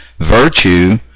virtue